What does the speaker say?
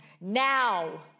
Now